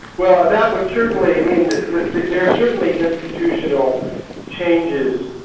well that would certainly i mean there are certainly institutional changes,